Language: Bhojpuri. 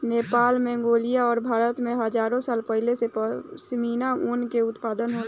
नेपाल, मंगोलिया आ भारत में हजारो साल पहिले से पश्मीना ऊन के उत्पादन होला